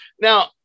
Now